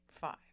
five